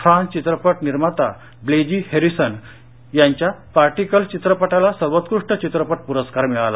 France चित्रपट निर्माता Blaise Harrison यांच्या पार्टिकल्स चित्रपटाला सर्वोत्कृष्ट चित्रपट पुरस्कार मिळाला